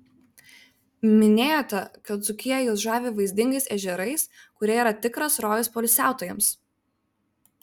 minėjote kad dzūkija jus žavi vaizdingais ežerais kurie yra tikras rojus poilsiautojams